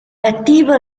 attivo